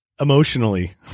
emotionally